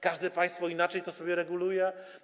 Każde państwo inaczej to sobie reguluje.